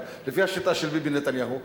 אבל לפי השיטה של ביבי נתניהו,